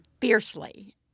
fiercely